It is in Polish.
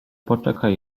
poczekaj